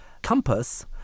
compass